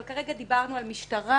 אבל כרגע דיברנו על משטרה,